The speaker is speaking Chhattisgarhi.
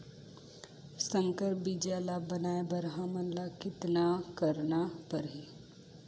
संकर बीजा ल बनाय बर हमन ल कतना करना परही?